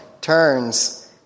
turns